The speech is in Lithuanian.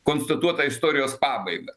konstatuotą istorijos pabaigą